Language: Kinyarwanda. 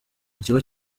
ikigo